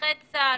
נכי צה"ל